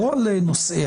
לא על נושאיה.